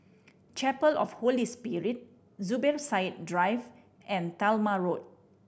Chapel of Holy Spirit Zubir Said Drive and Talma Road